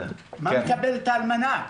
מה מקבלת האלמנה?